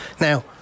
Now